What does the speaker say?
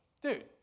dude